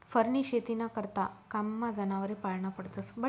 फरनी शेतीना करता कामना जनावरे पाळना पडतस